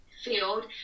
Field